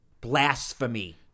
Blasphemy